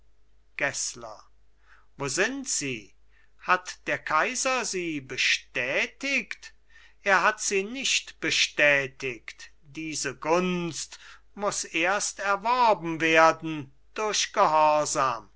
gessler wo sind sie hat der kaiser sie bestätigt er hat sie nicht bestätigt diese gunst muss erst erworben werden durch